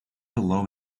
below